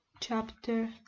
chapter